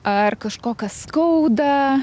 ar kažko kas skauda